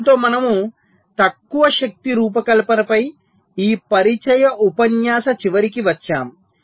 దీనితో మనము తక్కువ శక్తి రూపకల్పనపై ఈ పరిచయ ఉపన్యాసం చివరికి వచ్చాము